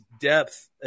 depth